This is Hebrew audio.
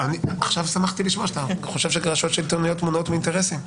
שמחתי לשמוע שאתה חושב שהרשויות השלטוניות מונעות מאינטרסים.